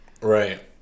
right